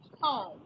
home